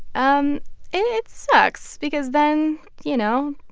um it sucks because then, you know,